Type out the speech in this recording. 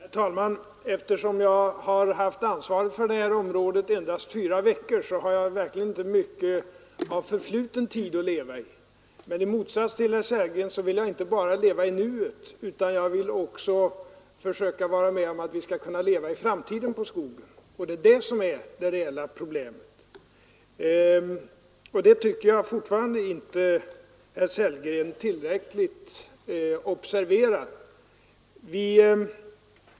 Herr talman! Eftersom jag haft ansvaret för detta område endast fyra veckor har jag verkligen inte mycket av förfluten tid att leva i. Men i motsats till herr Sellgren vill jag inte bara leva i nuet utan också försöka vara med om att skapa möjligheter för att vi även i framtiden skall kunna leva på skogen. Det är detta som är det reella problemet. Och det tycker jag fortfarande inte att herr Sellgren tillräckligt har observerat.